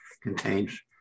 contains